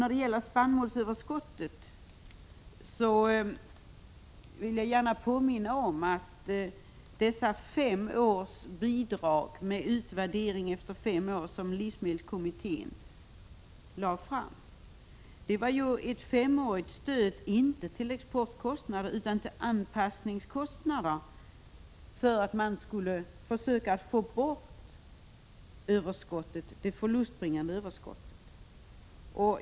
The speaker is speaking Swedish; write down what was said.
När det gäller spannmålsöverskottet vill jag påminna om att dessa bidrag med utvärdering efter fem år, vilket livsmedelskommittén föreslagit, avsåg ett femårigt stöd inte till exportkostnader utan till anpassningskostnader för att man ville försöka få bort det förlustbringande överskottet.